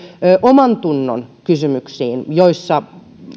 omantunnon kysymyksiin joissa